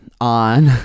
on